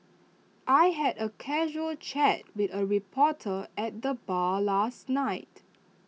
I had A casual chat with A reporter at the bar last night